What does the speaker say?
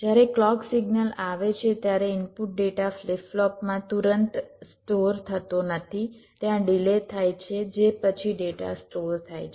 જ્યારે clock signal આવે છે ત્યારે ઇનપુટ ડેટા ફ્લિપ ફ્લોપમાં તુરંત સ્ટોર થતો નથી ત્યાં ડિલે થાય છે જે પછી ડેટા સ્ટોર થાય છે